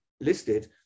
listed